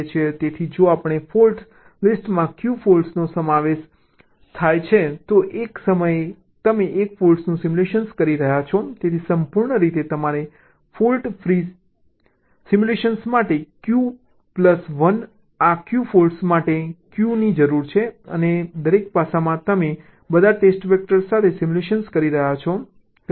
તેથી જો આપણે ફોલ્ટ લિસ્ટમાં q ફોલ્ટનો સમાવેશ થાય છે તો એક સમયે તમે 1 ફોલ્ટનું સિમ્યુલેટ કરી રહ્યાં છો તેથી સંપૂર્ણ રીતે તમારે ફોલ્ટ ફ્રી સિમ્યુલેશન માટે q પ્લસ 1 1 અને આ q ફોલ્ટ માટે q ની જરૂર છે અને દરેક પાસમાં તમે બધા ટેસ્ટ વેક્ટર સાથે સિમ્યુલેટ કરી રહ્યાં છો